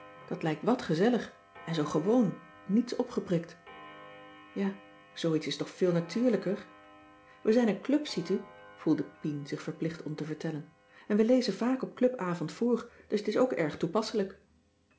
dat lijkt wat gezellig en zoo gewoon niets opgeprikt ja zooiets is toch veel natuurlijker we zijn een club ziet u voelde pien zich verplicht om te vertellen en we lezen vaak op clubavond voor dus t is ook erg toepasselijk